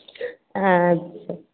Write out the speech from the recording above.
हॅं अच्छे